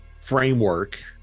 framework